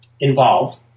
involved